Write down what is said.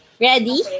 Ready